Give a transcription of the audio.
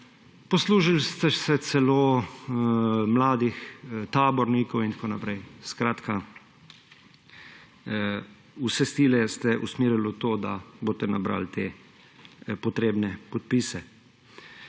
Poslužili ste se celo mladih, tabornikov in tako naprej. Skratka, vse sile ste usmerili v to, da boste nabrali te potrebne podpise.